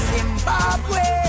Zimbabwe